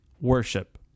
worship